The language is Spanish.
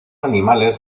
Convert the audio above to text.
animales